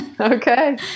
Okay